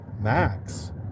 max